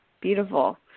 beautiful